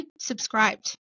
subscribed